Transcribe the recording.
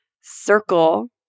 circle